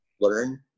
learn